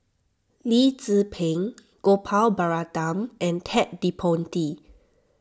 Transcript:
Lee Tzu Pheng Gopal Baratham and Ted De Ponti